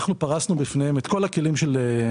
פרסנו בפניהם את כל הכלים,